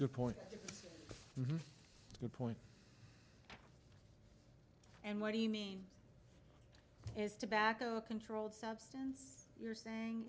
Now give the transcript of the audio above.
good point good point and what do you mean is tobacco controlled substance you're saying